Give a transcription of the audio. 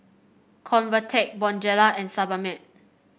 Convatec Bonjela and Sebamed